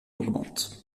augmente